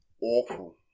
Awful